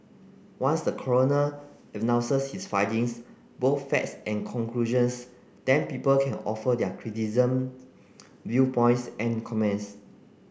once the coroner announces his findings both facts and conclusions then people can offer their criticism viewpoints and comments